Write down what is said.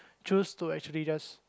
choose to actually just